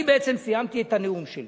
אני בעצם סיימתי את הנאום שלי,